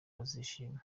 bazishima